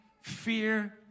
fear